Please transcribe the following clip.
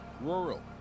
rural